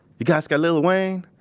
you guys got lil wayne?